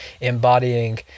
embodying